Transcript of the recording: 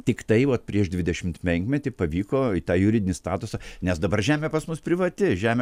tiktai vot prieš dvidešimt penkmetį pavyko tą juridinį statusą nes dabar žemė pas mus privati žemė